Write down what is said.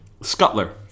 Scuttler